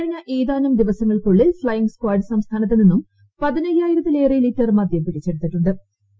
കഴിഞ്ഞ ഏതാനും ദിവസങ്ങൾക്കുള്ളിൽ ഫ്ളൈയിംഗ് സ്കാഡ് സംസ്ഥാനത്ത് നിന്നും പതിനയ്യായിരത്തിലേറെ ലിറ്റർ മദ്യം പിടിച്ചെടുത്തിട്ടു ്